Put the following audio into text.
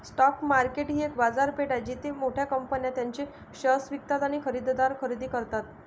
stock market ही एक बाजारपेठ आहे जिथे मोठ्या कंपन्या त्यांचे शेअर्स विकतात आणि खरेदीदार खरेदी करतात